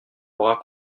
bras